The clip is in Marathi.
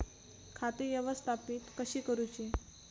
खाती व्यवस्थापित कशी करूची?